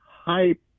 hype